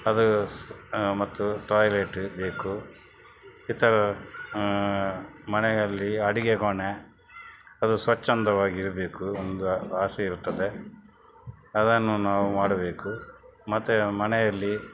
ಅದು ಸ ಮತ್ತು ಟಾಯ್ಲೆಟ ಬೇಕು ಇತರ ಮನೆಯಲ್ಲಿ ಅಡಿಗೆ ಕೋಣೆ ಅದು ಸ್ವಚ್ಛಂದವಾಗಿರಬೇಕು ಒಂದು ಆಸೆ ಇರುತ್ತದೆ ಅದನ್ನು ನಾವು ಮಾಡಬೇಕು ಮತ್ತು ಮನೆಯಲ್ಲಿ